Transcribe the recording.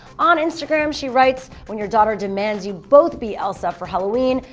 on instagram she writes, when your daughter demands you both be elsa for halloween.